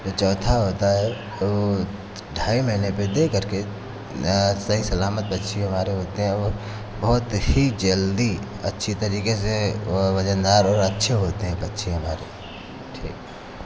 जो चौथा होता है उ ढाई महीने पे दे कर के सही सलामत पक्षी हमारे होते हैं और बहुत ही जल्दी अच्छी तरीके से वो वजनदार और अच्छे होते हैं पक्षी हमारे ठीक